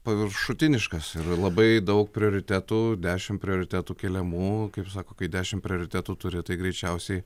paviršutiniškas ir labai daug prioritetų dešimt prioritetų keliamų kaip sako kai dešimt prioritetų turi tai greičiausiai